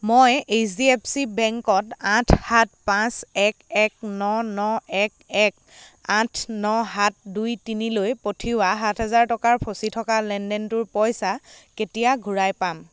মই H D F C বেংকত আঠ সাত পাঁচ এক এক ন ন এক এক আঠ ন সাত দুই তিনি লৈ পঠিওৱা সাত হেজাৰ টকাৰ ফচি থকা লেনদেনটোৰ পইচা কেতিয়া ঘূৰাই পাম